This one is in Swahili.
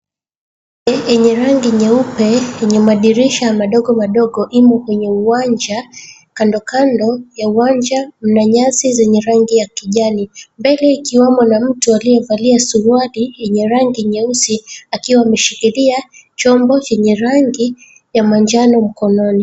Yenye rangi nyeupe yenye madirisha madogomadogo imo kwenye uwanja, kandokando ya uwanja mna nyasi zenye rangi ya kijani. Mbele ikiwamo mtu aliyevalia suruali yenye rangi nyeusi akiwa ameshikilia chombo chenye rangi ya manjano mikononi.